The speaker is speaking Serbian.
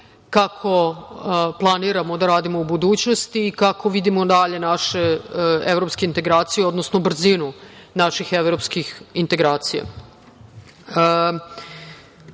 kako planiramo da radimo u budućnosti i kako vidimo dalje naše evropske integracije, odnosno brzinu naših evropskih integracija. Vlada